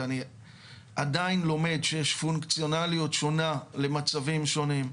ואני עדיין לומד שיש פונקציונליות שונה למצבים שונים.